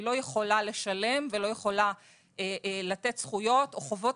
היא לא יכולה לשלם ולא יכולה לתת זכויות או חובות,